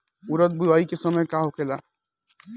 उरद बुआई के समय का होखेला?